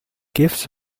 gifts